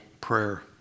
prayer